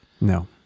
No